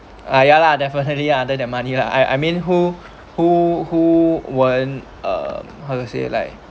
ah ya lah definitely lah other than money lah I I mean who who who won't uh how to say like